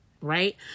right